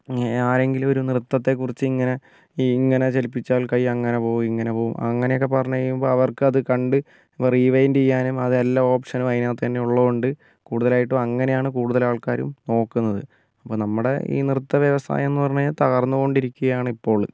ആരെങ്കിലും ഒരു നൃത്തത്തെക്കുറിച്ച് ഇങ്ങനെ ഇങ്ങനെ ചലിപ്പിച്ചാൽ കൈ അങ്ങനെ പോവും ഇങ്ങനെ പോവും അങ്ങനെയൊക്കെ പറഞ്ഞു കഴിയുമ്പോൾ അവർക്കത് കണ്ട് റീവൈൻഡ് ചെയ്യാനും അത് എല്ലാ ഓപ്ഷനും അതിനകത്തുതന്നെ ഉള്ളതുകൊണ്ട് കൂടുതലായിട്ടും അങ്ങനെയാണ് കൂടുതൽ ആൾക്കാരും നോക്കുന്നത് അപ്പോൾ നമ്മുടെ ഈ നൃത്ത വ്യവസായം എന്ന് പറഞ്ഞുകഴിഞ്ഞാൽ തകർന്നു കൊണ്ട് ഇരിക്കുകയാണ് ഇപ്പോൾ